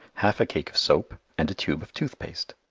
half a cake of soap, and a tube of tooth-paste.